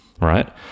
right